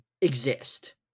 exist